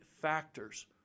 factors